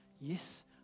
yes